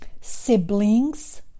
Siblings